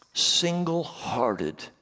single-hearted